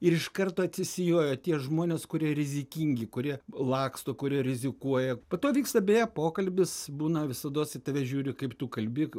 ir iš karto atsisijoja tie žmonės kurie rizikingi kurie laksto kurie rizikuoja po to vyksta beje pokalbis būna visados į tave žiūri kaip tu kalbi